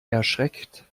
erschreckt